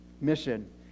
mission